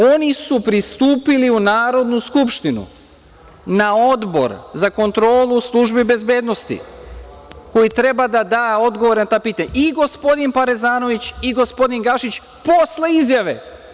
Oni su pristupili u Narodnu skupštinu, na Odbor za kontrolu službi bezbednosti, koji treba da da odgovore na ta pitanja, i gospodin Parezanović i gospodin Gašić posle izjave.